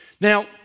Now